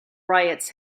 riots